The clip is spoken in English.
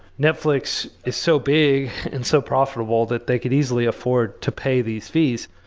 netflix is so big and so profitable that they could easily afford to pay these fees.